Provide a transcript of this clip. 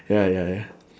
ya ya ya